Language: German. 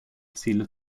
ziele